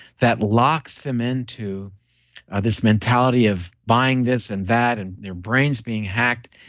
that locks them into ah this mentality of buying this and that and their brains being hacked,